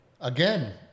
again